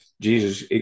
Jesus